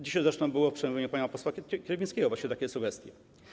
Dzisiaj zresztą były w przemówieniu pana posła Kierwińskiego właśnie takie sugestie.